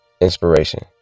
inspiration